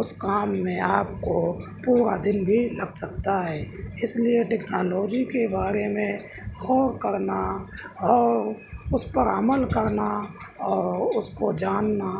اس کام میں آپ کو پورا دن بھی لگ سکتا ہے اس لیے ٹیکنالوجی کے بارے میں غور کرنا اور اس پر عمل کرنا اور اس کو جاننا